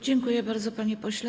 Dziękuję bardzo, panie pośle.